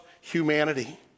humanity